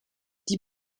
die